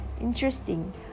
interesting